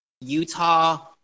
Utah